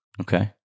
okay